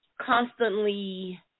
constantly